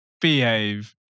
Behave